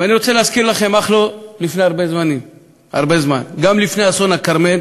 ואני רוצה להזכיר לכם שגם לפני אסון הכרמל